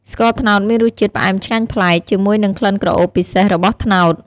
ស្ករត្នោតមានរសជាតិផ្អែមឆ្ងាញ់ប្លែក ជាមួយនឹងក្លិនក្រអូបពិសេសរបស់ត្នោត។